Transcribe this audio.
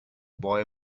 boy